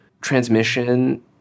transmission